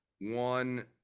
One